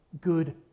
good